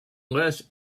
less